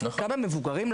כמה מבוגרים,